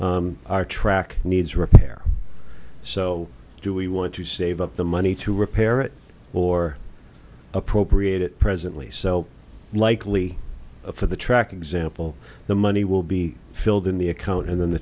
regional our track needs repair so do we want to save up the money to repair it or appropriate it presently so likely for the track example the money will be filled in the account and then the